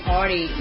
Party